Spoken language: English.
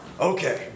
Okay